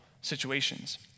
situations